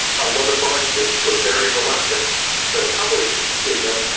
a lot of scientists were very reluctant to publish in them,